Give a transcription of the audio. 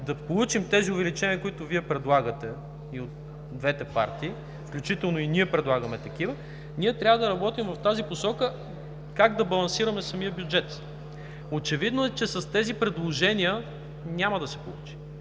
да получим увеличенията, които Вие предлагате и от двете партии, включително и ние предлагаме такива, трябва да работим в посока как да балансираме самия бюджет. Очевидно е, че с тези предложения няма да се получи.